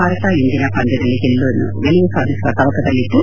ಭಾರತ ಇಂದಿನ ಪಂದ್ಯದಲ್ಲಿ ಗೆಲುವ ಸಾಧಿಸುವ ತವಕದಲ್ಲಿದ್ದು